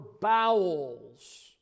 bowels